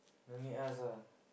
no need ask ah